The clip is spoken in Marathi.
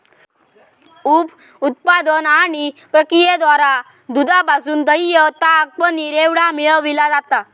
उप उत्पादन आणि प्रक्रियेद्वारा दुधापासून दह्य, ताक, पनीर एवढा मिळविला जाता